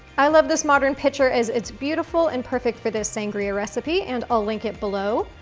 i love this modern pitcher, as it's beautiful, and perfect for this sangria recipe, and i'll link it below.